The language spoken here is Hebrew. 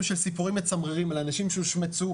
של סיפורים מצמררים על אנשים שהושמצו,